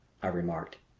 i remarked.